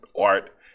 art